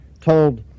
told